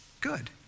good